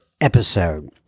episode